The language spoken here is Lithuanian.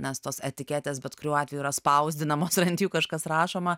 nes tos etiketės bet kuriuo atveju yra spausdinamos ir ant jų kažkas rašoma